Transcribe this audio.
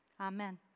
Amen